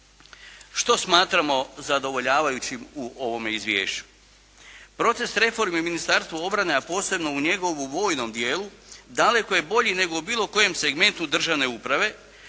Što smatramo zadovoljavajućim u ovome izvješću? Proces reforme u Ministarstvu obrane, a posebno u njegovu vojnom dijelu, daleko je bolji nego u bilo kojem segmentu državne uprave,